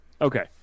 Okay